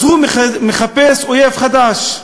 אז הוא מחפש אויב חדש,